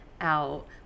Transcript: out